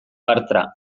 bartra